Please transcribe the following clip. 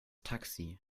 taxi